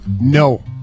no